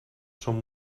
són